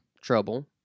trouble